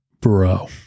bro